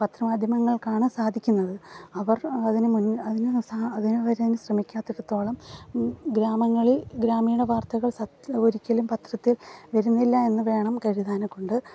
പത്രമാധ്യമങ്ങൾക്കാണ് സാധിക്കുന്നത് അവർ അതിന് മുൻ അതിന് സാ അതിനവരതിന് ശ്രമിക്കാത്തിടത്തോളം ഗ്രാമങ്ങളിൽ ഗ്രാമീണ വാർത്തകൾ സത്യം ഒരിക്കലും പത്രത്തിൽ വരുന്നില്ല എന്ന് വേണം കരുതാനെക്കൊണ്ട്